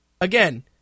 Again